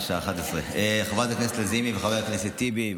בשעה 11:00. חברת הכנסת לזימי וחבר הכנסת טיבי,